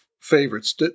favorites